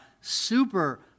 super